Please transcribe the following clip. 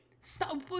Stop